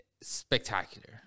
spectacular